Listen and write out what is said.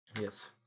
Yes